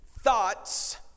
Thoughts